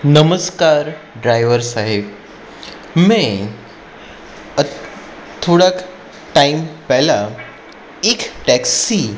નમસ્કાર ડ્રાઈવર સાહેબ મેં થોડાક ટાઈમ પહેલાં એક ટેક્સી